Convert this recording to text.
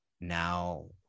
now